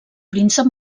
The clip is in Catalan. príncep